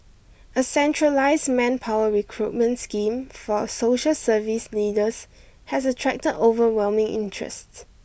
a centralised manpower recruitment scheme for a social service leaders has attracted overwhelming interests